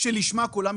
בשלב הזה